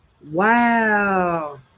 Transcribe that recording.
Wow